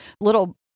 little